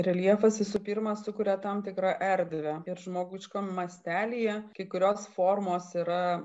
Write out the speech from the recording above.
reljefas visų pirma sukuria tam tikrą erdvę ir žmogiškam mastelyje kai kurios formos yra